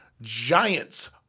Giants